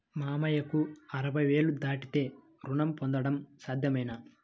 మామయ్యకు అరవై ఏళ్లు దాటితే రుణం పొందడం సాధ్యమేనా?